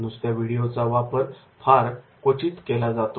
नुसत्या व्हिडिओचा वापर फारच क्वचित केला जातो